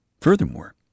Furthermore